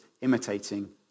imitating